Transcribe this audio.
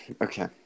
Okay